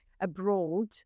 abroad